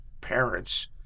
parents